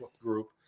group